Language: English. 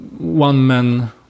one-man